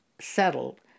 settled